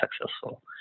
successful